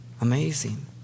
Amazing